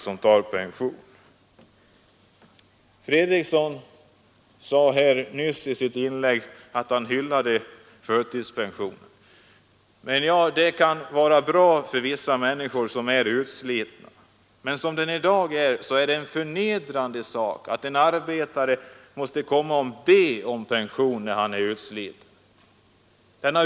Herr Fredriksson sade i sitt inlägg nyss att han gillade förtidspension. Den kan vara bra för människor som är utslitna, men som den i dag är utformad, är det förnedrande att en arbetare måste komma och be om pension när han är utsliten.